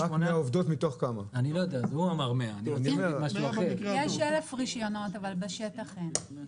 יש 1,000 רישיונות, אבל בשטח אין.